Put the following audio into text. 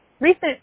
Recent